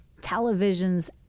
televisions